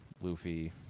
Luffy